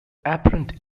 apparent